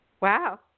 Wow